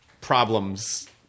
problems